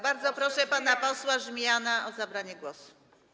Bardzo proszę pana posła Żmijana o zabranie głosu.